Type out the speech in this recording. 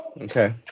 Okay